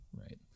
Right